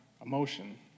emotion